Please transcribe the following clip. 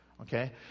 Okay